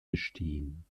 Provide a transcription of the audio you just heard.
bestehen